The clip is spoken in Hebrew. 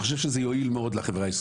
אני חושב שזה יועיל מאוד לחברה הישראלית.